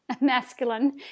masculine